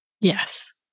yes